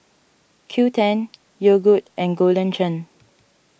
Qoo ten Yogood and Golden Churn